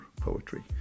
Poetry